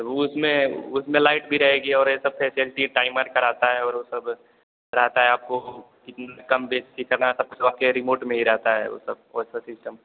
उसमें उसमें लाइट भी रहेगी और ए सब फेसेल्टी टाइमर कराता है और ओ सब रहता है आपको कितने में कम बेसी करना है सबकुछ रिमोट में ही रहता हे ओ सब सिस्टम